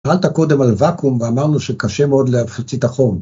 שאלת קודם על ואקום ואמרנו שקשה מאוד להפחית החום.